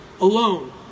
alone